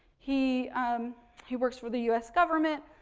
he he works for the us government.